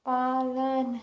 पालन